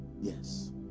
yes